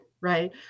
Right